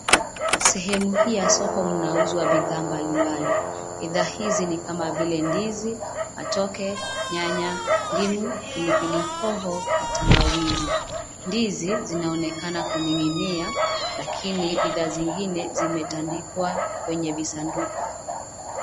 Sehemu hii ya soko mnauzwa bidhaa mbali mbali. Bidhaa hizi ni kama vile ndizi, matoke, nyanya, ndimu, pilipili hoho na tangawizi. Ndizi zinaonekana kuning'inia lakini bidhaa zingine zimetandikwa kwenye visanduku.